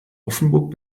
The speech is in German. offenburg